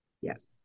Yes